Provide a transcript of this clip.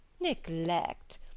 Neglect